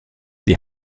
die